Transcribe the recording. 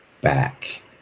back